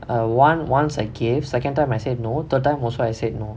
err one once I gave second time I said no third time also I said no